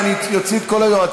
כי אני אוציא את כל היועצים,